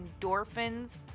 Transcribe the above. endorphins